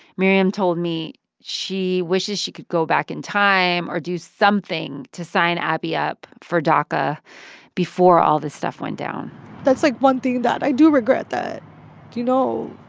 miriam told me she wishes she could go back in time or do something to sign abby up for daca before all this stuff went down that's, like, one thing that i do regret, that you know,